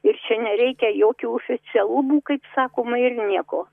ir čia nereikia jokių oficialumų kaip sakoma ir nieko